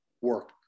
work